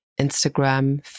Instagram